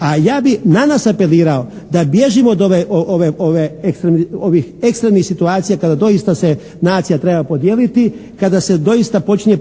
A ja bih na nas apelirao da bježimo od ove, ovih ekstremnih situacija kada doista se nacija treba podijeliti. Kada se doista počinje